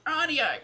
radio